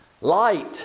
Light